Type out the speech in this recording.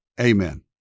Amen